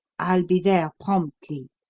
i'll be there promptly.